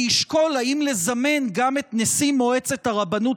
אני אשקול אם לזמן גם את נשיא מועצת הרבנות